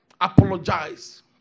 apologize